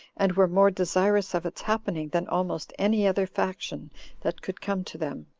and were more desirous of its happening than almost any other faction that could come to them,